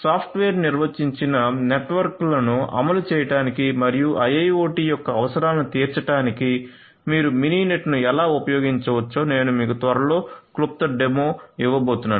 software నిర్వచించిన నెట్వర్క్లను అమలు చేయడానికి మరియు IIoT యొక్క అవసరాలను తీర్చడానికి మీరు మినీనెట్ ను ఎలా ఉపయోగించవచ్చో నేను మీకు త్వరలో క్లుప్త డెమో ఇవ్వబోతున్నాను